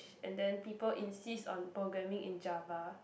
and then people insist on programming in Jawa